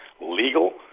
legal